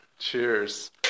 Cheers